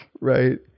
Right